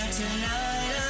tonight